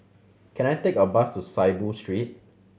can I take a bus to Saiboo Street